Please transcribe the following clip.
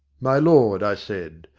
my lord, i said,